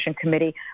committee